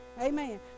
Amen